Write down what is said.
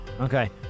Okay